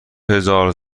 هزار